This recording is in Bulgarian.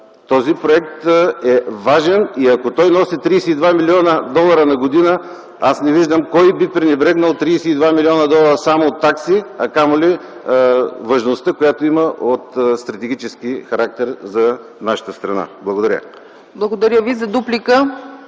този проект е важен и, ако той носи 32 млн. долара на година, аз не виждам кой би пренебрегнал 32 млн. долара само от такси, а камо ли важността, която има от стратегически характер за нашата страна. Благодаря. ПРЕДСЕДАТЕЛ ЦЕЦКА